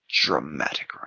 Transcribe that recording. Dramatic